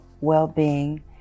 well-being